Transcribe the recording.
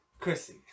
Chrissy